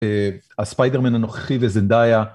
הספיידרמן הנוכחי וזה די ה...